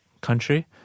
country